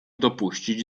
dopuścić